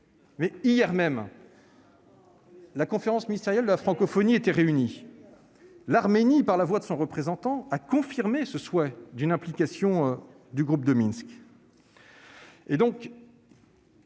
lors de la conférence ministérielle de la Francophonie, l'Arménie, par la voix de son représentant, a confirmé le souhait d'une implication du groupe de Minsk.